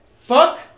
Fuck